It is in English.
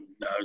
no